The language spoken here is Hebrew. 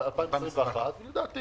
לדעתי